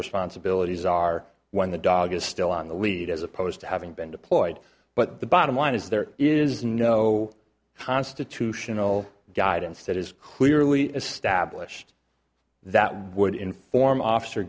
responsibilities are when the dog is still on the lead as opposed to having been deployed but the bottom line is there is no constitutional guidance that is clearly established that would inform officer